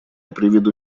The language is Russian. приведу